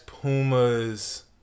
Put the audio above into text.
Puma's